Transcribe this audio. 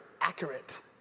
accurate